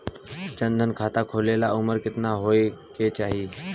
जन धन खाता खोले ला उमर केतना होए के चाही?